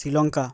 Sri Lanka